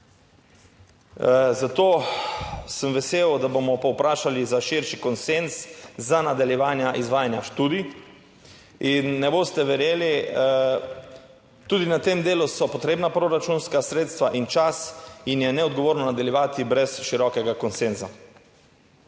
Zato sem vesel, da bomo povprašali za širši konsenz za nadaljevanje izvajanja študij in ne boste verjeli, tudi na tem delu so potrebna proračunska sredstva in čas in je neodgovorno nadaljevati brez širokega konsenza.